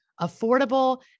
affordable